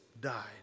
died